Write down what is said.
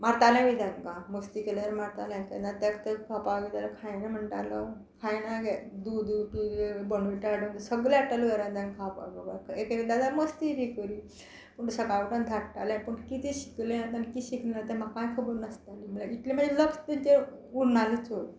मारतालें बी तांकां मस्ती केल्यार मारतालें तेन्ना तें तें खावपाक जाल्यार खायना म्हणटालो खायना गे दूद दूद पिलें बोनविटा हाडून सगले हाडटालें घरान तेंकां खावपाक एकएकदां मस्तीय बी करी पूण सकाळ उटोन धाडटालें पूण कितें शिकले आनी कितें शिकनात ते म्हाकाय खबर नासताली म्हळ्यार इतले म्हजे लक्ष तांचे उरनासलें चड